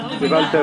אביעד,